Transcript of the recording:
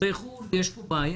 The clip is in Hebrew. לגבי תושבי חו"ל יש פה בעיה.